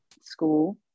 school